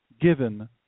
given